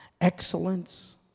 excellence